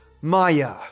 Maya